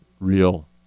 real